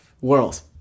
worlds